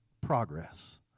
progress